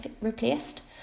replaced